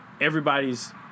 Everybody's